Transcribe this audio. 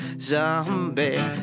zombie